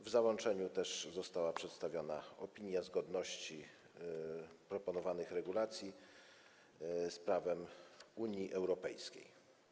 W załączeniu została przedstawiona opinia o zgodności proponowanych regulacji z prawem Unii Europejskiej.